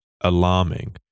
alarming